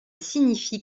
signifie